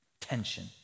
Tension